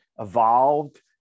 evolved